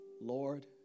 Lord